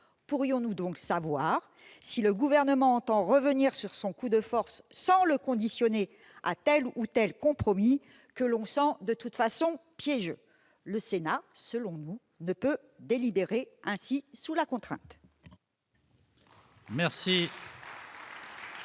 pourrions-nous savoir si le Gouvernement entend revenir sur son coup de force, sans le conditionner à tel ou tel compromis que l'on sent de toute façon « piégeux »? Le Sénat, selon nous, ne peut délibérer ainsi, sous la contrainte.